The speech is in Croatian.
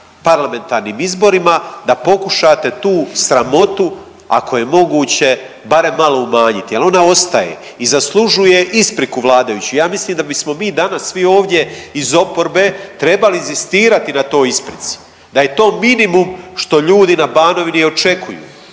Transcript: parlamentarnim izborima da pokušate tu sramotu ako je moguće barem malo umanjiti, ali ona ostaje i zaslužuje ispriku vladajućih. Ja mislim da bismo mi danas svi ovdje iz oporbe trebali inzistirati na toj isprici, da je to minimum što ljudi na Banovini očekuju,